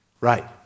Right